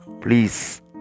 please